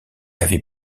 avait